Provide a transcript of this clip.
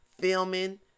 filming